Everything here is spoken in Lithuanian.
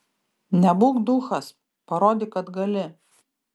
nebūk duchas parodyk kad gali